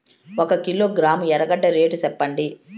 ఒక కిలోగ్రాము ఎర్రగడ్డ రేటు సెప్పండి?